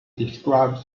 describe